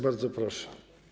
Bardzo proszę.